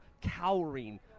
cowering